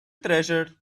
treasure